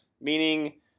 Meaning